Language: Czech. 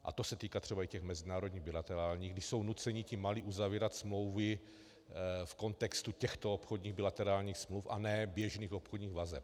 A to se týká třeba i těch mezinárodních bilaterálních, kdy jsou nuceni ti malí uzavírat smlouvy v kontextu těchto obchodních bilaterálních smluv a ne běžných obchodních vazeb.